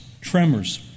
tremors